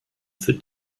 für